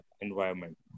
environment